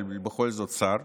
אבל בכל זאת שר,